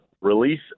release